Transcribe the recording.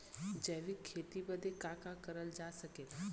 जैविक खेती बदे का का करल जा सकेला?